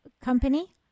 company